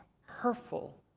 hurtful